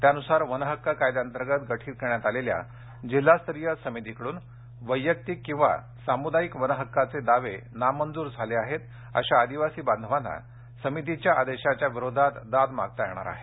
त्यानुसार वन हक्क कायद्याअंतर्गत गठित करण्यात आलेल्या जिल्हास्तरीय समितीकडून वैयक्तिक किंवा सामुदायिक वनहक्काचे दावे नामंजूर झाले आहेत अशा आदिवासी बांधवांना समितीच्या आदेशाविरोधात दाद मागता येणार आहे